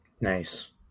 Nice